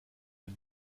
les